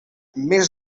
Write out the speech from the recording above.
més